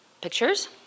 pictures